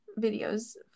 videos